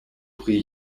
pri